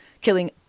killing